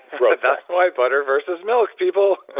growth that's why butter versus milk, people